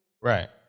Right